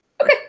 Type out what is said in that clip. okay